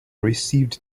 received